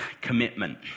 Commitment